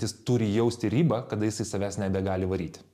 jis turi jausti ribą kada jisai savęs nebegali varyti